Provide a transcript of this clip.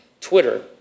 Twitter